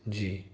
ਜੀ